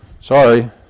sorry